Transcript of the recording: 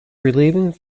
relieving